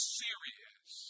serious